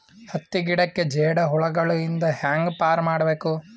ಹತ್ತಿ ಗಿಡಕ್ಕೆ ಜೇಡ ಹುಳಗಳು ಇಂದ ಹ್ಯಾಂಗ್ ಪಾರ್ ಮಾಡಬೇಕು?